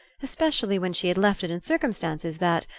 especially when she had left it in circumstances that.